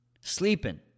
sleeping